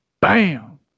bam